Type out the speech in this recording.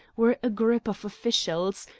were a group of officials,